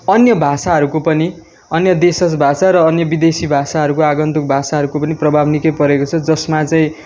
अन्य भाषाहरूको पनि अन्य देशज भाषा र विदेशी भाषाहरूको आगन्तुक भाषाहरूको पनि प्रभाव निकै परेको छ जसमा चाहिँ